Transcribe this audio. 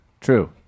True